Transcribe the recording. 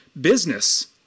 business